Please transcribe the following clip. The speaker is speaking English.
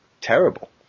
terrible